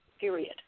period